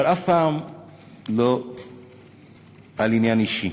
אבל אף פעם לא על עניין אישי.